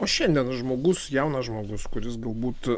o šiandien žmogus jaunas žmogus kuris galbūt